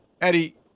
Eddie